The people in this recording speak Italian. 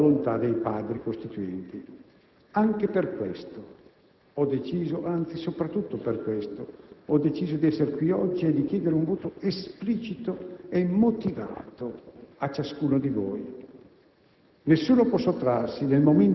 più corrispondenti alla volontà dei padri costituenti. Anche per questo, anzi soprattutto per questo, ho deciso di essere qui oggi e di chiedere un voto esplicito e motivato a ciascuno di voi: